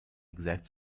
exact